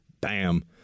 Bam